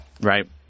right